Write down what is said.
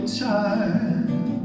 time